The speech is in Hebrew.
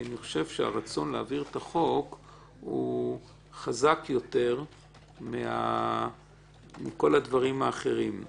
הרצון להעביר את החוק חזק יותר מכל הדברים האחרים.